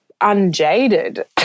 unjaded